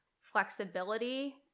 flexibility